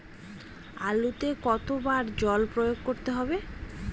আলুতে কতো বার জল প্রয়োগ করতে হবে?